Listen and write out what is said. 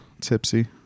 tipsy